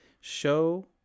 show